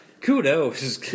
kudos